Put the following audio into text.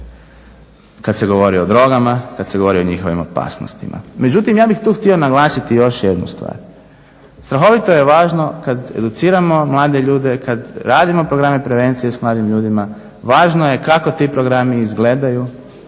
kad se govori o drogama, kad se govori o njihovim opasnostima. Međutim, ja bih tu htio naglasiti još jednu stvar. Strahovito je važno kad educiramo mlade ljude, kad radimo programe prevencije s mladim ljudima važno je kako ti programi izgledaju,